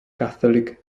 catholic